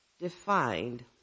Defined